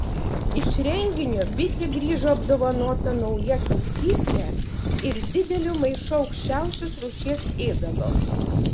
iš renginio bitė grįžo apdovanota nauja taupykle ir dideliu maišu aukščiausios rūšies ėdalo